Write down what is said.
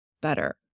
better